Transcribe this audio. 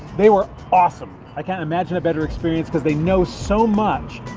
they were awesome. i can't imagine a better experience because they know so much.